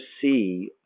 see